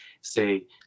say